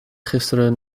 gisteren